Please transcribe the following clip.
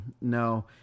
no